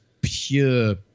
pure